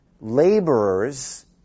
laborers